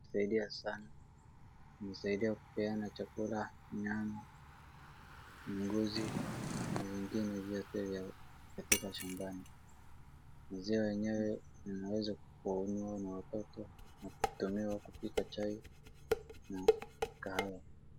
kusaidia sana kunisaidia kupatiana chakula, nyama, ngozi na vingine vyote vya katika shambani. Maziwa yenyewe yanaweza kunywewa na watoto na kutumiwa kupika chai na kahawa.